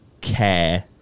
care